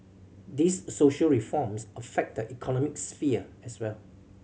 these social reforms affect the economic sphere as well